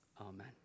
Amen